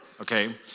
Okay